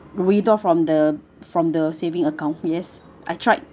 withdraw from the from the saving account yes I tried